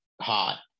hot